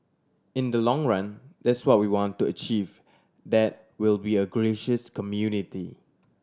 in the long run that's what we want to achieve that we'll be a gracious community